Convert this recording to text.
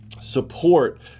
support